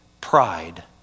Pride